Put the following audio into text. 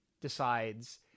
decides